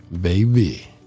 baby